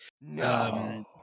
No